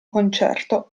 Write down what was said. concerto